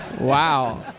Wow